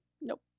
Nope